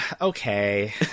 Okay